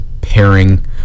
pairing